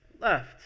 left